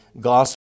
gospel